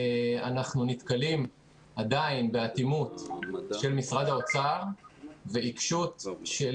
אנחנו נתקלים עדיין באטימות של משרד האוצר ועיקשות של